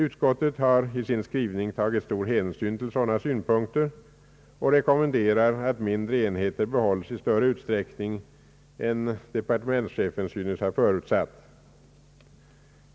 Utskottet har i sin skrivning tagit stor hänsyn till sådana synpunkter och rekommenderar att mindre enheter behålls i större utsträckning än departementschefen synes ha förutsatt.